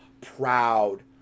proud